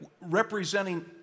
representing